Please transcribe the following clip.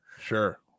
Sure